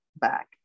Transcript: back